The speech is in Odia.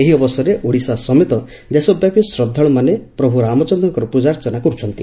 ଏହି ଅବସରରେ ଓଡ଼ଶା ସମେତ ଦେଶବ୍ୟାପୀ ଶ୍ରବ୍ବାଳୁମାନେ ପ୍ରଭୁ ରାମଚନ୍ଦ୍ରଙ୍କର ପୂଜାର୍ଚ୍ଚନା କରୁଛନ୍ତି